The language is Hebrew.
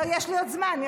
יש לי עוד זמן.